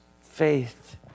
faith